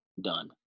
done